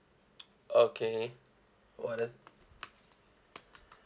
okay what other